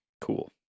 cool